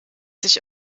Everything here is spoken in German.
sich